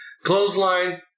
Clothesline